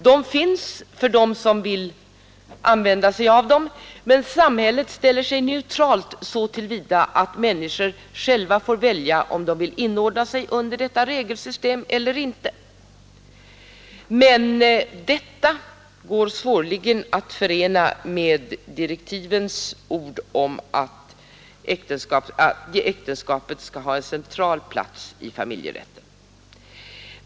De finns för dem som vill använda sig av dem, men samhället ställer sig neutralt så till vida som människorna själva får välja om de vill inordna sig under detta regelsystem eller inte. Men detta går svårligen att förena med direktivens ord om att äktenskapet skall ha en central plats i familjerätten.